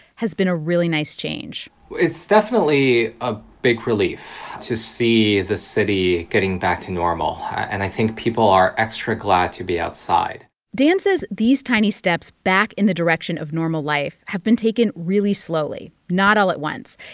has been a really nice change it's definitely a big relief to see the city getting back to normal. and i think people are extra glad to be outside dan says these tiny steps back in the direction of normal life have been taken really slowly, not all at once.